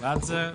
בעד זה,